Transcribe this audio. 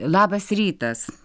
labas rytas